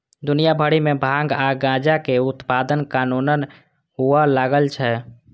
दुनिया भरि मे भांग आ गांजाक उत्पादन कानूनन हुअय लागल छै